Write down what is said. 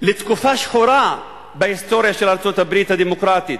לתקופה שחורה בהיסטוריה של ארצות-הברית הדמוקרטית,